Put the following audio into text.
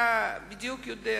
אתה יודע בדיוק,